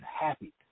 happy